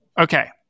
Okay